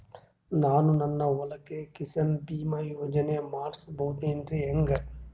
ನಾನು ನನ್ನ ಹೊಲಕ್ಕ ಕಿಸಾನ್ ಬೀಮಾ ಯೋಜನೆ ಮಾಡಸ ಬಹುದೇನರಿ ಹೆಂಗ?